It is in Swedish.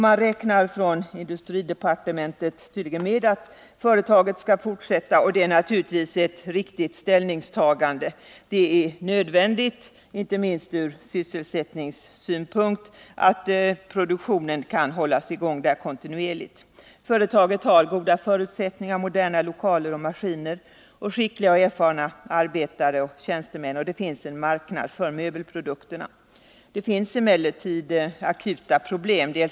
Man räknar från industridepartementet tydligen med att företaget skall fortsätta sin verksamhet, och det är naturligtvis ett riktigt ställningstagande. Det är nödvändigt inte minst ur sysselsättningssynpunkt att produktionen kan hållas i gång där kontinuerligt. Företaget har goda förutsättningar i form av moderna lokaler och maskiner samt skickliga och erfarna arbetare och tjänstemän. Det finns också en marknad för möbelprodukterna. Det föreligger emellertid akuta problem. BI.